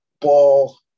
ball